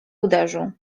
uderzył